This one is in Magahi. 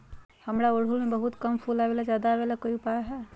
हमारा ओरहुल में बहुत कम फूल आवेला ज्यादा वाले के कोइ उपाय हैं?